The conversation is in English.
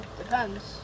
depends